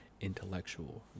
intellectual